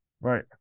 Right